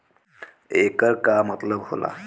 येकर का मतलब होला?